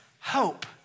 hope